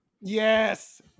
Yes